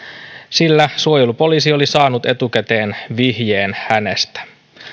sillä suojelupoliisi oli saanut etukäteen vihjeen hänestä